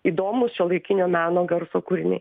įdomūs šiuolaikinio meno garso kūrinai